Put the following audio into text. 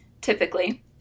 typically